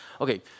Okay